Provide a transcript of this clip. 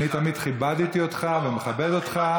אני תמיד כיבדתי אותך ומכבד אותך,